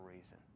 reason